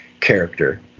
character